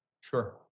Sure